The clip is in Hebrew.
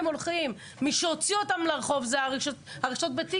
מי שהוציא אותם לרחוב זה הרשת בטיקטוק.